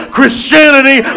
Christianity